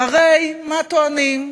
הרי מה טוענים?